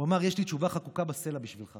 הוא אמר: "יש לי תשובה חקוקה בסלע בשבילך,